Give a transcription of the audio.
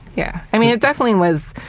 yeah i mean, i definitely was,